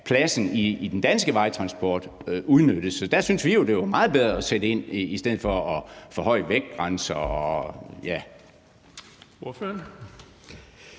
pladsen i den danske vejtransport, der er udnyttet. Så der synes vi jo, det var meget bedre at sætte ind i stedet for at forhøje vægtgrænser